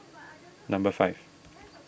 number five